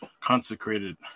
consecrated